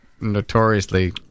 notoriously